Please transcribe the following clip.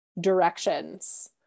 directions